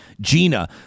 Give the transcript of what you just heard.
Gina